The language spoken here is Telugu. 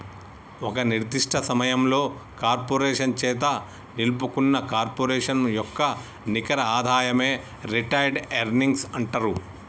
ఒక నిర్దిష్ట సమయంలో కార్పొరేషన్ చేత నిలుపుకున్న కార్పొరేషన్ యొక్క నికర ఆదాయమే రిటైన్డ్ ఎర్నింగ్స్ అంటరు